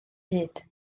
hyd